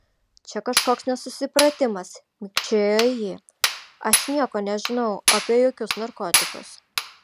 čia kažkoks nesusipratimas mikčiojo ji aš nieko nežinau apie jokius narkotikus